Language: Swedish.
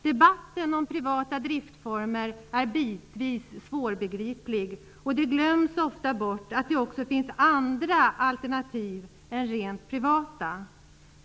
Debatten om privata driftsformer är bitvis svårbegriplig, och det glöms ofta bort att det också finns andra alternativ än rent privata.